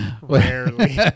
rarely